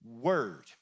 word